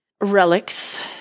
relics